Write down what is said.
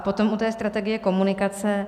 Potom u té strategie komunikace.